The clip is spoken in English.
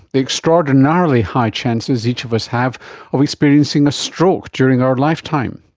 the extraordinarily high chances each of us have of experiencing a stroke during our lifetime.